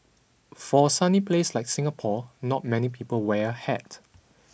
for a sunny place like Singapore not many people wear a hat